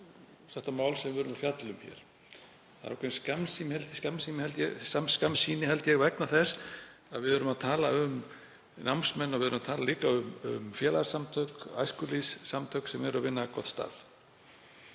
þetta mál sem við erum að fjalla um hér. Það er ákveðin skammsýni vegna þess að við erum að tala um námsmenn og við erum að tala líka um félagasamtök, æskulýðssamtök sem vinna gott starf.